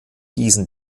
diesen